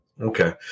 Okay